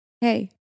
Hey